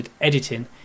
editing